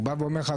הוא אומר לך,